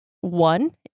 One